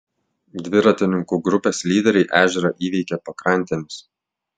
dviratininkų grupės lyderiai ežerą įveikė pakrantėmis